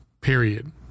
period